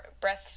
breath